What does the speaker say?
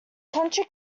county